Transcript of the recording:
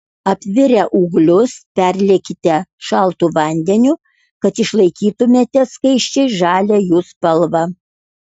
apvirę ūglius perliekite šaltu vandeniu kad išlaikytumėte skaisčiai žalią jų spalvą